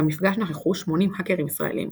במפגש נכחו 80 האקרים ישראלים,